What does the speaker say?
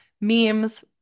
memes